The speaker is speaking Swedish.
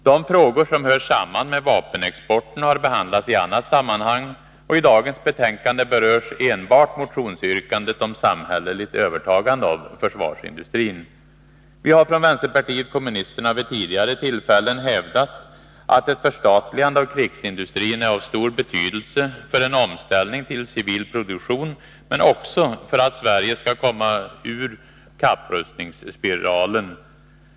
De frågor som hör samman med vapenexporten har behandlats i annat sammanhang, och i dagens betänkande berörs enbart motionsyrkandet om samhälleligt övertagande av försvarsindustrin. Vi har från vänsterpartiet kommunisterna vid tidigare tillfällen hävdat att ett förstatligande av krigsindustrin är av stor betydelse för en omställning till civil produktion men också för att Sverige skall komma ur kapprustningsspiralen.